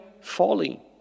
falling